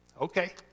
okay